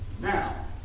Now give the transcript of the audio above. now